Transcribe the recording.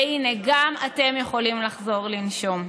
הינה, גם אתם יכולים לחזור לנשום.